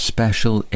Special